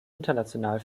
international